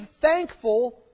thankful